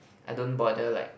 I don't bother like